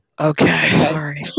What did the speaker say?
Okay